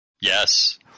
Yes